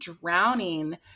drowning